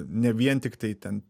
ne vien tiktai ten